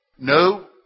No